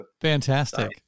Fantastic